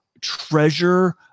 treasure